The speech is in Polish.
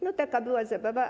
No taka była zabawa.